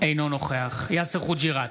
אינו נוכח יאסר חוג'יראת,